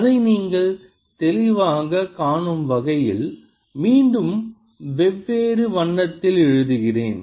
அதை நீங்கள் தெளிவாகக் காணும் வகையில் மீண்டும் வெவ்வேறு வண்ணத்தில் எழுதுகிறேன்